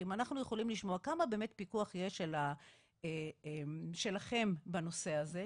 אם אנחנו יכולים לשמוע כמה באמת פיקוח יש שלכם בנושא הזה,